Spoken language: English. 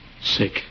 sick